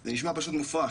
זה נשמע פשוט מופרך.